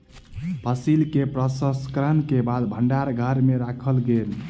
फसिल के प्रसंस्करण के बाद भण्डार घर में राखल गेल